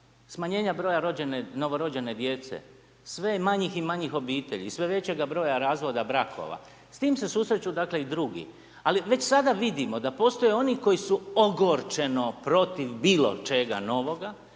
Smanjenja broja rođene, novorođene djece, sve manjih i manjih obitelji, i sve većega broja razvoda brakova. S tim se susreću dakle i drugi, ali već sada vidimo da postoje oni koji su ogorčeno protiv bilo čega novoga,